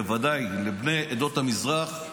בוודאי לבני עדות המזרח.